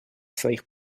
своих